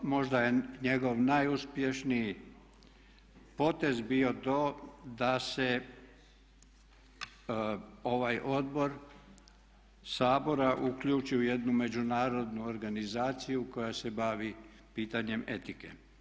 Možda je njegov najuspješniji potez bio to da se ovaj odbor Sabora uključi u jednu međunarodnu organizaciju koja se bavi pitanjem etike.